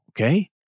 Okay